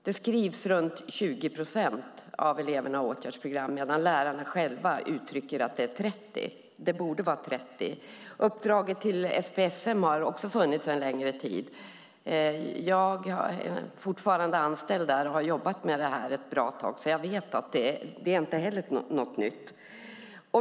Det skrivs åtgärdsprogram för runt 20 procent av eleverna, medan lärarna själva säger att det borde vara 30 procent. Uppdraget till SPSM har också funnits en längre tid. Jag är fortfarande anställd där och har jobbat med detta ett bra tag, så jag vet att det inte heller är något nytt.